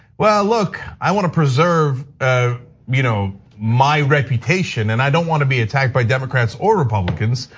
well look, i wanna preserve ah you know my reputation, and i don't wanna be attacked by democrats or republicans.